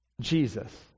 Jesus